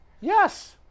Yes